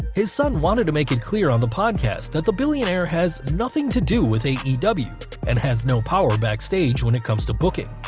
his son wanted to make it clear on the podcast that the billionaire has nothing to do with aew, and has no power backstage when it comes to booking.